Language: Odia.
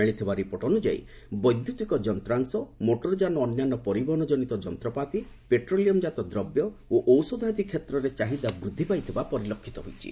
ମିଳିଥିବା ରିପୋର୍ଟ ଅନୁଯାୟୀ ବୈଦ୍ୟୁତିକ ଯନ୍ତ୍ରାଂଶ ମୋଟରଯାନ ଓ ଅନ୍ୟାନ୍ୟ ପରିବହନ ଜନିତ ଯନ୍ତ୍ରପାତି ପେଟ୍ରୋଲିୟମ୍ ଜାତ ଦ୍ରବ୍ୟ ଓ ଔଷଧ ଆଦି କ୍ଷେତ୍ରରେ ଚାହିଦା ବୃଦ୍ଧି ପାଇଥିବା ପରିଲକ୍ଷିତ ହୋଇଛି